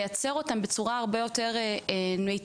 לייצר אותם בצורה הרבה יותר מיטיבה,